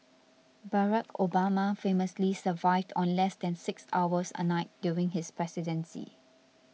Barack Obama famously survived on less than six hours a night during his presidency